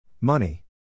Money